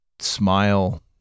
smile